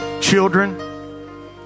children